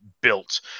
built